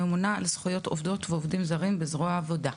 הממונה על זכויות עובדות ועובדים זרים בזרוע העבודה.